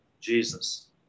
Jesus